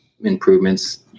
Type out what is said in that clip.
improvements